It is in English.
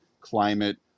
climate